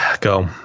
Go